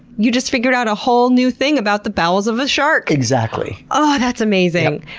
you just figured out a whole new thing about the bowels of a shark! exactly. oh, that's amazing.